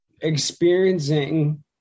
experiencing